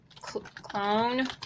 Clone